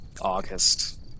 August